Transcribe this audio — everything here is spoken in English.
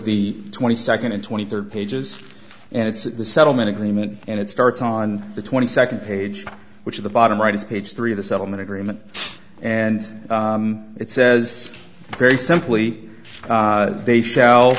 the twenty second and twenty third pages and it's the settlement agreement and it starts on the twenty second page which at the bottom right is page three of the settlement agreement and it says very simply they sh